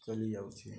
ଚଲିଯାଉଛି